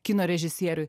kino režisieriui